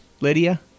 Lydia